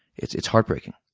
it's it's heartbreaking.